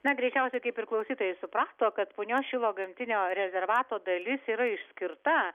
na greičiausiai kaip ir klausytojai suprato kad punios šilo gamtinio rezervato dalis yra išskirta